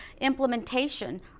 implementation